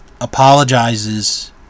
apologizes